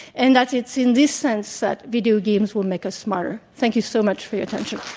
and that it's in this sense that video games will make us smarter. thank you so much for your attention.